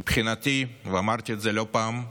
מבחינתי, ואמרתי את זה לא פעם,